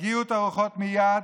הרגיעו את הרוחות מייד,